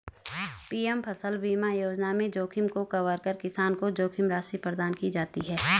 PM फसल बीमा योजना में जोखिम को कवर कर किसान को जोखिम राशि प्रदान की जाती है